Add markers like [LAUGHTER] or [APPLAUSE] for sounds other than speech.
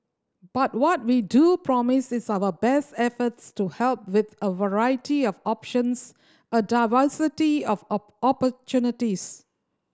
but what we do promise is our best efforts to help with a variety of options a diversity of [UNINTELLIGIBLE] opportunities